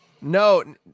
No